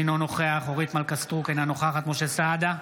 אינו נוכח אורית מלכה סטרוק, אינה נוכחת משה סעדה,